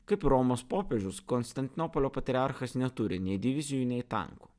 kaip ir romos popiežius konstantinopolio patriarchas neturi nei divizijų nei tankų